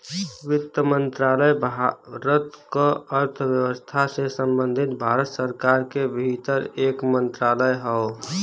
वित्त मंत्रालय भारत क अर्थव्यवस्था से संबंधित भारत सरकार के भीतर एक मंत्रालय हौ